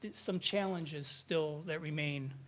some challenges still that remain